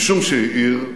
משום שהיא עיר,